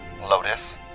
Lotus